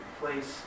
place